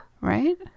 Right